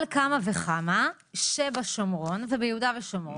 על כמה וכמה שבשומרון וביהודה ושומרון